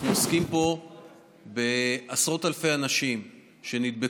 אנחנו עוסקים פה בעשרות אלפי אנשים שנדבקו.